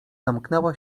zamknęła